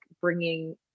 bringing